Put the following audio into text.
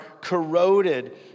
corroded